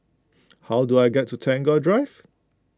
how do I get to Tagore Drive